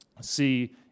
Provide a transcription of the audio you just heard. see